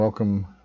Welcome